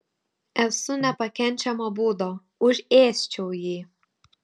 esu nepakenčiamo būdo užėsčiau jį